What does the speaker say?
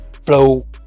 flow